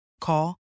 Call